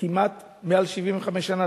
מעל 75 שנה,